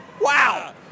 Wow